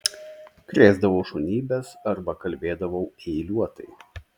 krėsdavau šunybes arba kalbėdavau eiliuotai